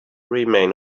remain